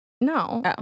No